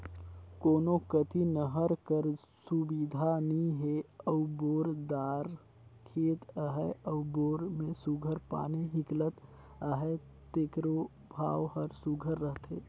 कोनो कती नहर कर सुबिधा नी हे अउ बोर दार खेत अहे अउ बोर में सुग्घर पानी हिंकलत अहे तेकरो भाव हर सुघर रहथे